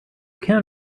can